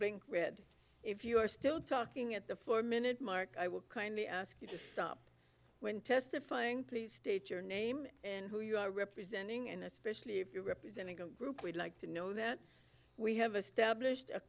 being read if you are still talking at the four minute mark i will kindly ask you just stop when testifying please state your name and who you are representing and especially if you are representing a group we'd like to know that we have established a